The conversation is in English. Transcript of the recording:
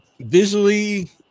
Visually